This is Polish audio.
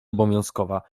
obowiązkowa